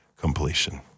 Completion